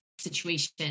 situation